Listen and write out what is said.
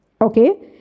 okay